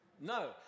No